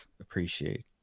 appreciate